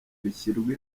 bishyirwa